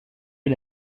est